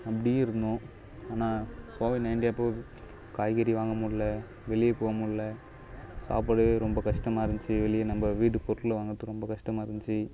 அப்படியும் இருந்தோம் ஆனால் கோவிட் நைன்ட்டிப்போது காய்கறி வாங்கமுடில வெளியே போகமுல்ல சாப்பாடு ரொம்ப கஷ்டமாக இருந்துச்சி வெளியே நம்ப வீட்டுக்கு பொருள் வாங்குறதுக்கு ரொம்ப கஷ்டமாக இருந்துச்சி